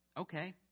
Okay